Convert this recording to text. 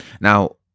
Now